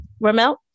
Ramel